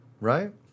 Right